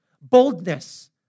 boldness